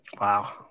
Wow